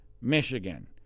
Michigan